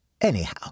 Anyhow